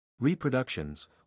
Reproductions